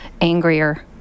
angrier